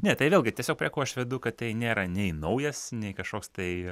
ne tai vėlgi tiesiog prie ko aš vedu kad tai nėra nei naujas nei kažkoks tai